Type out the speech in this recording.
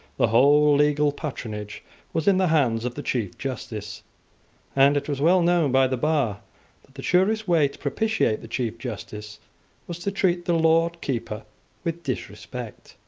the whole legal patronage was in the hands of the chief justice and it was well known by the bar that the surest way to propitiate the chief justice was to treat the lord keeper with disrespect.